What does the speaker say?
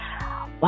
wow